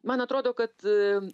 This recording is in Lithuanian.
man atrodo kad